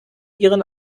ihren